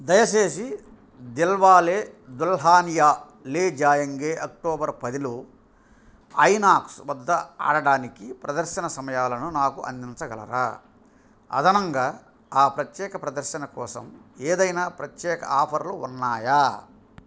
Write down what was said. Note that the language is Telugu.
దయచేసి దిల్వాలే దుల్హనియా లే జాయేంగే అక్టోబర్ పదిలో ఐనాక్స్ వద్ద ఆడడానికి ప్రదర్శన సమయాలను నాకు అందించగలరా అదనంగా ఆ ప్రత్యేక ప్రదర్శన కోసం ఏదైనా ప్రత్యేక ఆఫర్లు ఉన్నాయా